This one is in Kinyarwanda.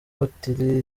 batiri